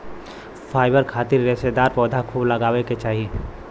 fibre खातिर रेशेदार पौधा खूब लगावे के चाही